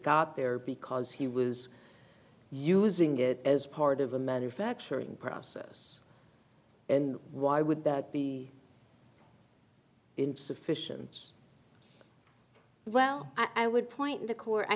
got there because he was using it as part of a manufacturing process and why would that be insufficient well i would point the court i